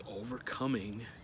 overcoming